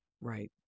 Right